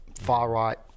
far-right